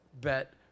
bet